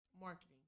Marketing